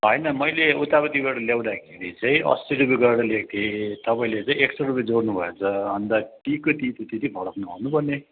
होइन मैले उतापट्टिबाट ल्याउँदाखेरि चाहिँ अस्सी रुपियाँ गरेर ल्याएको थिएँ तपाईँले चाहिँ एक सौ रुपियाँ जोड्नुभएछ अन्त त्यहीँको त्यहीँ त त्यति फरक नहुनपर्ने